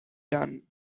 done